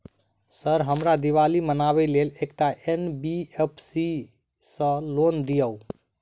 Sir हमरा दिवाली मनावे लेल एकटा एन.बी.एफ.सी सऽ लोन दिअउ?